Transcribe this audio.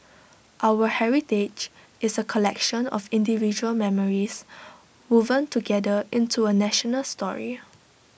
our heritage is A collection of individual memories woven together into A national story